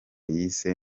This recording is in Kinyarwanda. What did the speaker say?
yise